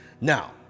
Now